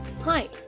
Hi